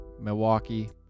Milwaukee